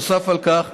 נוסף על כך,